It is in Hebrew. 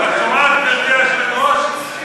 את שומעת, גברתי היושבת-ראש?